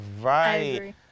right